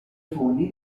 fondi